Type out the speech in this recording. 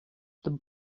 чтобы